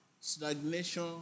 stagnation